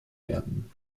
werden